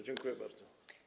Dziękuję bardzo.